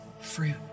fruit